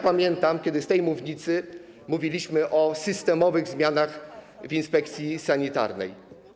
Pamiętam, kiedy z tej mównicy mówiliśmy o systemowych zmianach w inspekcji sanitarnej.